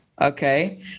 okay